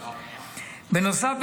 --- בנוסף,